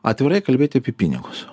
atvirai kalbėti apie pinigus